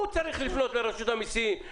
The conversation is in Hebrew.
הוא צריך לפנות לרשות המיסים,